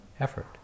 effort